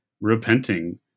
repenting